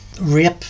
rape